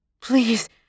please